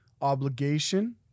obligation